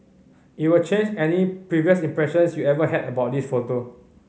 it'll change any previous impressions you ever had about this photo